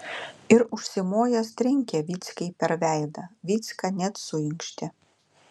ir užsimojęs trenkė vyckai per veidą vycka net suinkštė